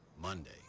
Monday